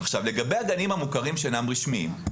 לגבי הגנים המוכרים שאינם רשמיים,